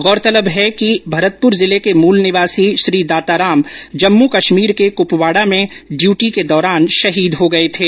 गौरतलब है कि भरतपूर जिले के मूल निवासी श्री दाताराम जम्मूकश्मीर के कूपवाडा में ड्यूटी के दौरान शहीद हो गए थे